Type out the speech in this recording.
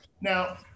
Now